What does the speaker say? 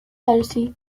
jersey